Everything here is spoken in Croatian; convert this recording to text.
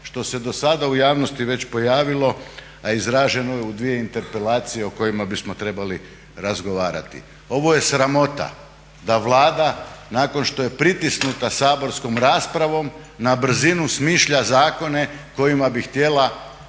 što se dosada u javnosti već pojavilo a izraženo je u dvije interpelacije o kojima bismo trebali razgovarati. Ovo je sramota da Vlada nakon što je pritisnuta saborskom raspravom na brzinu smišlja zakone kojima bi htjela